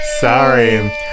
sorry